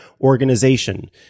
organization